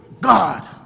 God